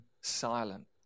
silent